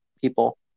people